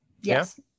Yes